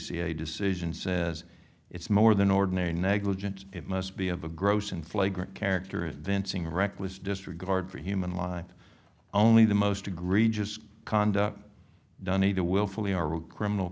dca decision says it's more than ordinary negligence it must be of a gross and flagrant character advancing reckless disregard for human life only the most egregious conduct done either willfully or real criminal